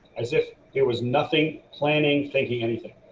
as if it was nothing planning thinking anything.